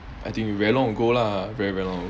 I think very long ago lah very very long